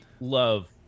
love